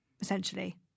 essentially